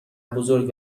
بزرگ